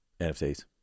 NFTs